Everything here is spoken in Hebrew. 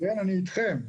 אני אתכם.